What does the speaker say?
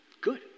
Good